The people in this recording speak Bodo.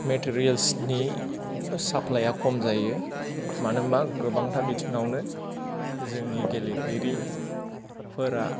मेटेरियेल्सनि साप्लाइया खम जायो मानो होनबा गोबांंथा बिथिङावनो जोंनि गेलेगिरि फोरा